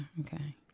okay